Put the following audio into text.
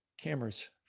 cameras